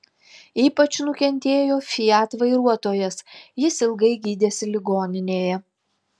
ypač nukentėjo fiat vairuotojas jis ilgai gydėsi ligoninėje